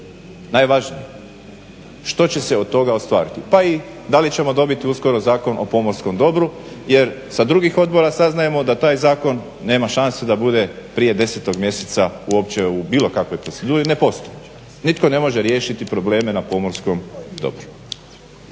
najvažnija, što će se od toga ostvariti. Pa i da li ćemo dobiti uskoro Zakon o pomorskom dobru jer sa drugih odbora saznajemo da taj zakon nema šanse da bude prije 10. mjeseca uopće u bilo kakvoj proceduri, ne postoji. Nitko ne može riješiti probleme na pomorskom dobru.